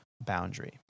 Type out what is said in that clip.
boundary